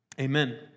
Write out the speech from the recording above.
Amen